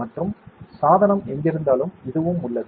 மற்றும் சாதனம் எங்கிருந்தாலும் இதுவும் உள்ளது